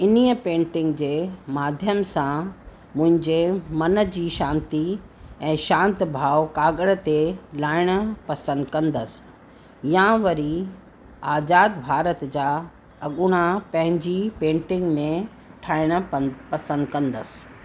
इन पेंटिंग जे माध्यम सां मुंहिंजे मन जी शांती ऐं शांति भाव काॻर ते लाहिणु पसंदि कंदसि या वरी आज़ाद भारत जा अॻुणा पंहिंजी पेंटिंग में ठाहिण पं पसंदि कंदसि